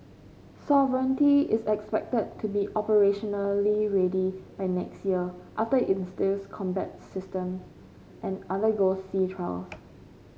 sovereignty is expected to be operationally ready by next year after it installs combat systems and undergoes sea trials